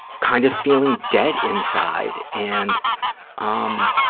kind of feeling dead inside and um